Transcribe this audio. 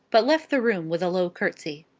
but left the room with a low curtsey.